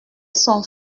son